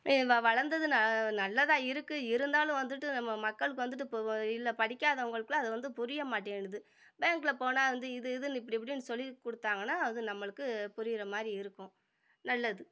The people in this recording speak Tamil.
வளர்ந்தது ந நல்லதான் இருக்குது இருந்தாலும் வந்துட்டு நம்ம மக்களுக்கு வந்துட்டு இதில் படிக்காதவர்களுக்குலாம் அது வந்து புரியமாட்டேன்னுது பேங்கில் போனால் அது வந்து இது இது இப்படி இப்படின்னு சொல்லி கொடுத்தாங்கன்னா அது நம்மளுக்கு புரியுற மாதிரி இருக்கும் நல்லது